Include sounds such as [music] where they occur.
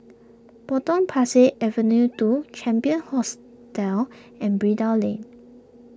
Potong Pasir Avenue two Champion hostel and [unintelligible] Lane